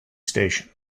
station